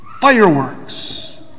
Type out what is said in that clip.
Fireworks